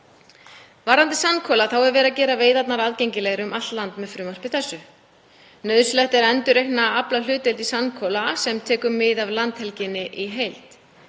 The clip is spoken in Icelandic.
Varðandi sandkola þá er verið að gera veiðarnar aðgengilegri um allt land með frumvarpi þessu. Nauðsynlegt er að endurreikna aflahlutdeild í sandkola sem tekur mið af landhelginni í heild.